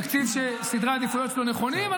תקציב שסדרי העדיפויות שלו נכונים,